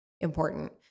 important